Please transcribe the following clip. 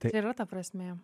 čia ir yra ta prasmė